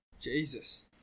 Jesus